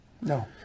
No